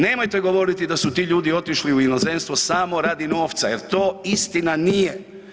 Nemojte govoriti da su ti ljudi otišli u inozemstvo samo radi novca jer to istina nije.